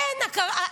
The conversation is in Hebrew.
אין הכרת הטוב.